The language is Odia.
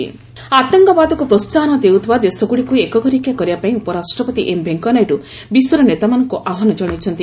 ନାଇଡୁ ଟେରର୍ ଆତଙ୍କବାଦକୁ ପ୍ରୋସାହନ ଦେଉଥିବା ଦେଶଗୁଡ଼ିକୁ ଏକଘରକିଆ କରିବା ପାଇଁ ଉପରାଷ୍ଟ୍ରପତି ଏମ୍ ଭେଙ୍କିୟାନାଇଡୁ ବିଶ୍ୱର ନେତାମାନଙ୍କୁ ଆହ୍ୱାନ ଜଣାଇଛନ୍ତି